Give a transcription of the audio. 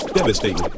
Devastating